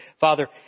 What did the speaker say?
Father